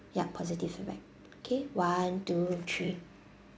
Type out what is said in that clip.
yup positive feedback okay one two three